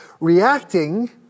Reacting